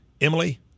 Emily